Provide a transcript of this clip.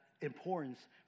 importance